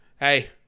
hey